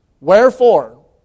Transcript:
Wherefore